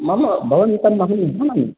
मम भवन्तम् अहं जानामि